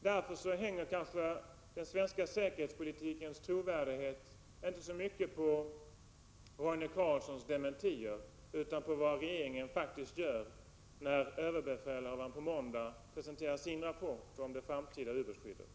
Därför hänger kanske den svenska säkerhetspolitikens trovärdighet inte så mycket på Roine Carlssons dementier, utan mera på vad regeringen faktiskt gör när överbefälhavaren på måndag presenterar sin rapport om det framtida ubåtsskyddet.